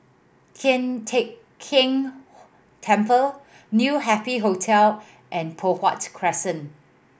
Tian Teck Keng Temple New Happy Hotel and Poh Huat Crescent